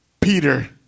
Peter